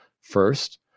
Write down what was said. First